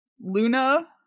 Luna